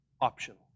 optional